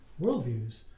worldviews